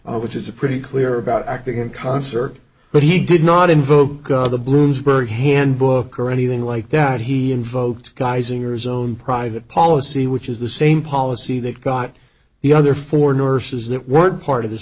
which is a pretty clear about acting in concert but he did not invoke the bloomsburg handbook or anything like that he invoked geysers own private policy which is the same policy that got the other four nurses that weren't part of this